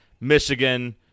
Michigan